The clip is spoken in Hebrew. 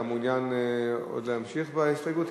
אתה מעוניין עוד להמשיך בהסתייגות?